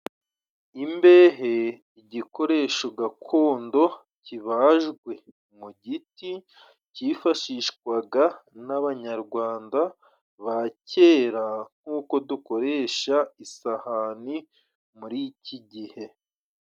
Imbehe, igikoresho gakondo kibajwe mu giti, cyifashishwaga n'abanyarwanda ba kera, nkuko dukoresha isahani muri iki gihe.